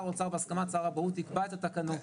האוצר בהסכמת שר הבריאות יקבע את התקנות.